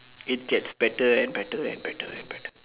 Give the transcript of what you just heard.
it taste better and better and better and better